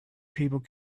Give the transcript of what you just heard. people